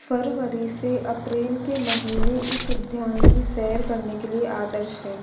फरवरी से अप्रैल के महीने इस उद्यान की सैर करने के लिए आदर्श हैं